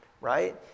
right